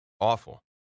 awful